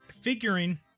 figuring